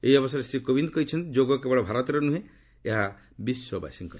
ଏହି ଅବସରରେ ଶ୍ରୀ କୋବିନ୍ଦ କହିଛନ୍ତି ଯୋଗ କେବଳ ଭାରତର ନୁହେଁ ଏହା ବିଶ୍ୱବାସୀଙ୍କର